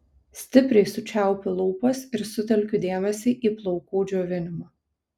stipriai sučiaupiu lūpas ir sutelkiu dėmesį į plaukų džiovinimą